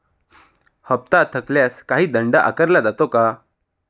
हप्ता थकल्यास काही दंड आकारला जातो का?